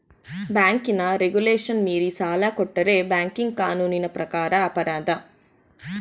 ಬ್ಯಾಂಕಿನ ರೆಗುಲೇಶನ್ ಮೀರಿ ಸಾಲ ಕೊಟ್ಟರೆ ಬ್ಯಾಂಕಿಂಗ್ ಕಾನೂನಿನ ಪ್ರಕಾರ ಅಪರಾಧ